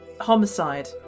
homicide